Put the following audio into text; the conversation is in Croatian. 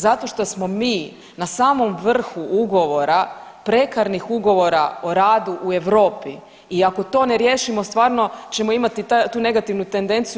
Zato što smo mi na samom vrhu ugovora prekarnih ugovora o radu u Europi i ako to ne riješimo stvarno ćemo imati tu negativnu tendenciju.